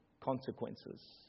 consequences